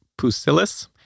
Pusillus